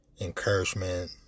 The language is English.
encouragement